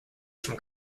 from